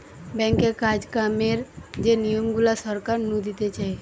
ব্যাঙ্কে কাজ কামের যে নিয়ম গুলা সরকার নু দিতেছে